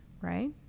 right